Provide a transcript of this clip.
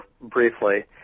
briefly